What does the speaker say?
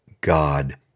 God